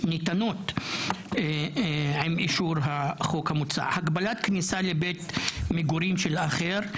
ניתנות עם אישור החוק המוצע - מדובר על הגבלת כניסה לבית מגורים של אחר,